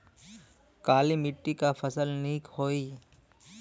काली मिट्टी क फसल नीक होई?